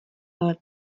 ale